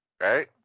right